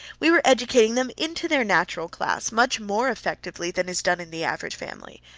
we were educating them into their natural class much more effectually than is done in the average family.